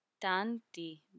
tanti